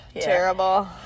Terrible